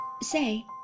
Say